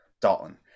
Dalton